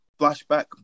flashback